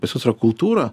pas juos yra kultūra